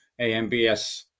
AMBS